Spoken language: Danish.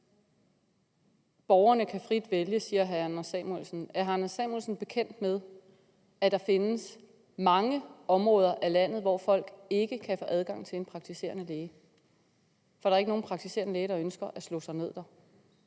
Borgerne kan frit vælge, siger hr. Anders Samuelsen. Er hr. Anders Samuelsen bekendt med, at der findes mange områder af landet, hvor folk ikke kan få adgang til en praktiserende læge, fordi der ikke er nogen praktiserende læge, som ønsker at slå sig ned der?